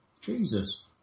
Jesus